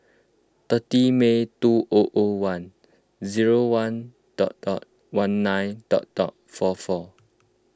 thirty May two o o one zero one dot dot one nine dot dot four four